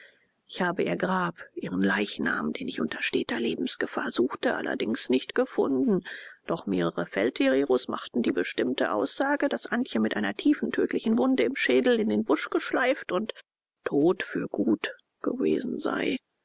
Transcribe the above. ich habe ihr grab ihren leichnam den ich unter steter lebensgefahr suchte allerdings nicht gefunden doch mehrere feldhereros machten die bestimmte aussage daß antje mit einer tiefen tödlichen wunde im schädel in den busch geschleift und tot für gut gewesen sei